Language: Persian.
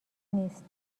نیست